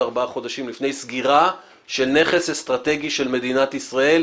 ארבעה חודשים לפני סגירה של נכס אסטרטגי של מדינת ישראל,